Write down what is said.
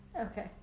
Okay